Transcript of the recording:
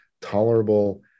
tolerable